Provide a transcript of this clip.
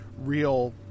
real